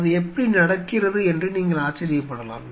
அது எப்படி நடக்கிறது என்று நீங்கள் ஆச்சரியப்படலாம்